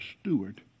steward